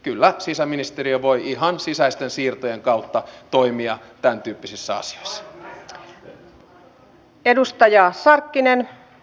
kyllä sisäministeriö voi ihan sisäisten siirtojen kautta toimia tämäntyyppisissä asioissa